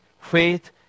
faith